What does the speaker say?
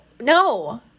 no